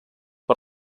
per